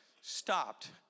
stopped